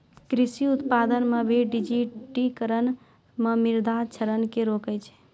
कृषि उत्पादन मे डिजिटिकरण मे मृदा क्षरण के रोकै छै